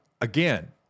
again